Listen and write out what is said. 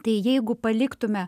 tai jeigu paliktume